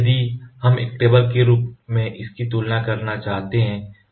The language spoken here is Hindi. इसलिए यदि हम एक टेबल के रूप में इसकी तुलना करना चाहते हैं